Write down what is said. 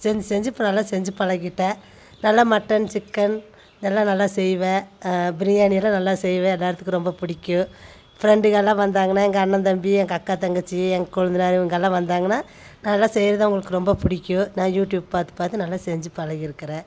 செஞ்சு செஞ்சு இப்போ நல்லா செஞ்சு பழகிட்டேன் நல்லா மட்டன் சிக்கன் இதெல்லாம் நல்லா செய்வேன் பிரியாணிலாம் நல்லா செய்வேன் எல்லாத்துக்கும் ரொம்ப பிடிக்கும் ஃபிரெண்டுகளாம் வந்தாங்கன்னா எங்கள் அண்ணன் தம்பி எங்கள் அக்கா தங்கச்சி எங்கள் கொழுந்தனார் இவங்களாம் வந்தாங்கன்னா நான் அதெலாம் செய்கிறது அவங்களுக்கு ரொம்ப பிடிக்கும் நான் யூடியூப் பார்த்து பார்த்து நல்லா செஞ்சு பழகிருக்கிறேன்